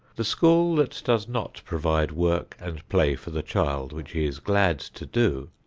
the school that does not provide work and play for the child which he is glad to do,